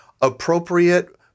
appropriate